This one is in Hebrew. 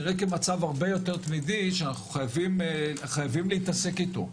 זה נראה כמצב הרבה יותר תמידי שאנחנו חייבים להתעסק איתו.